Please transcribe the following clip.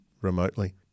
remotely